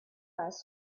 rounded